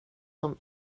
som